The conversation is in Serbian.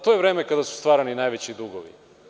To je vreme kada su stvarani najveći dugovi.